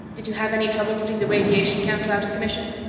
did you have any trouble putting the radiation counter out of commission?